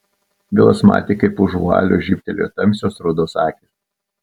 vilas matė kaip už vualio žybtelėjo tamsios rudos akys